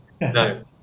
No